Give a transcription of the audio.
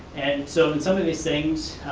and so and some of these things,